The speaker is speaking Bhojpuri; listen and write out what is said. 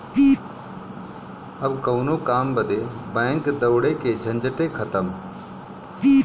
अब कउनो काम बदे बैंक दौड़े के झंझटे खतम